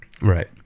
right